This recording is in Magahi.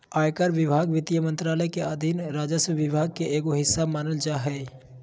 आयकर विभाग वित्त मंत्रालय के अधीन राजस्व विभाग के एक हिस्सा मानल जा हय